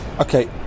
Okay